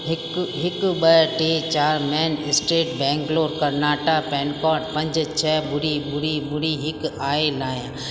हिकु हिकु ॿ टे चारि main street Bangalore Karnataka pincode पंज छ ॿुड़ी ॿुड़ी ॿुड़ी हिकु आइल आहे